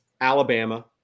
Alabama